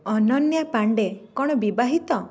ଅନନ୍ୟା ପାଣ୍ଡେ କ'ଣ ବିବାହିତ